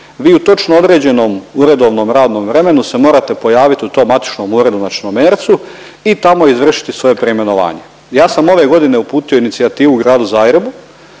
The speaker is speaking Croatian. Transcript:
vi u točno određenom uredovnom radnom vremenu se morate pojaviti u tom matičnom uredu na Črnomercu i tamo izvršiti svoje preimenovanje. Ja sam ove godine uputio inicijativu u Gradu Zagrebu